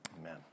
Amen